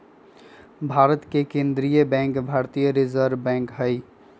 भारत के केंद्रीय बैंक भारतीय रिजर्व बैंक हइ